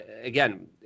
again